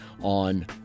on